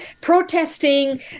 protesting